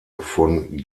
von